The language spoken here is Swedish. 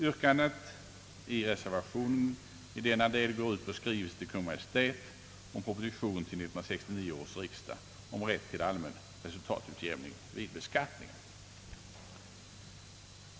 Yrkandet i reservationen i denna del går ut på att riksdagen i skrivelse till Kungl. Maj:t begär förslag till 1969 års riksdag om rätt till allmän öppen resultatutjämning vid beskattningen.